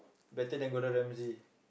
better than Gordon-Ramsay